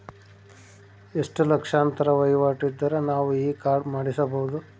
ಎಷ್ಟು ಲಕ್ಷಾಂತರ ವಹಿವಾಟು ಇದ್ದರೆ ನಾವು ಈ ಕಾರ್ಡ್ ಮಾಡಿಸಬಹುದು?